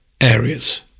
areas